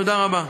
תודה רבה.